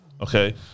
Okay